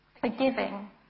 forgiving